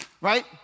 right